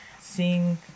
seeing